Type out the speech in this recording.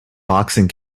boxing